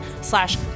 slash